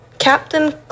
Captain